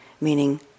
meaning